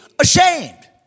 ashamed